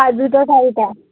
ਬਾਜੂ ਤੋਂ ਟਾਈਟ ਆ